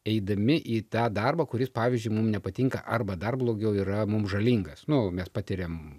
eidami į tą darbą kuris pavyzdžiui mum nepatinka arba dar blogiau yra mum žalingas nu mes patiriam